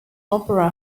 opera